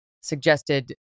suggested